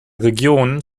region